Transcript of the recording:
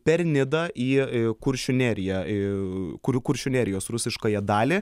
per nidą į kuršių neriją į kur kuršių nerijos rusiškąją dalį